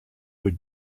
would